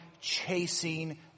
chasing